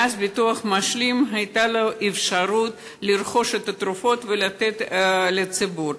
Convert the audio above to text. ואז לביטוח המשלים הייתה אפשרות לרכוש את התרופות ולתת לציבור,